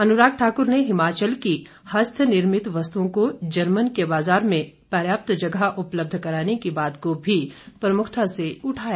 अनुराग ठाकुर ने हिमाचल की हस्त निर्मित वस्तुओं को जर्मन के बाजार में पर्याप्त जगह उपलब्ध कराने की बात को भी प्रमुखता से उठाया